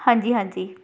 ਹਾਂਜੀ ਹਾਂਜੀ